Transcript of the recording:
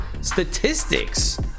statistics